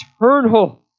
eternal